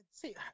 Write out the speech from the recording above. See